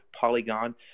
Polygon